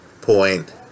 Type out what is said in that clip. point